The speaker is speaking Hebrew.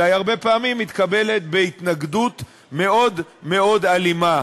אלא היא הרבה פעמים מתקבלת בהתנגדות מאוד מאוד אלימה.